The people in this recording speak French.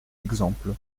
exemple